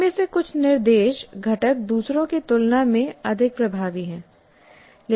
इनमें से कुछ निर्देश घटक दूसरों की तुलना में अधिक प्रभावी हैं